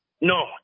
No